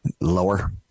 Lower